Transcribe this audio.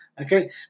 Okay